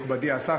מכובדי השר,